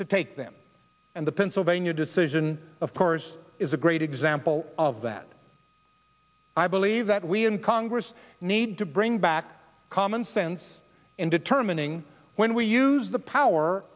to take them and the pennsylvania decision of course is a great example of that i believe that we in congress need to bring back common sense in determining when we use the power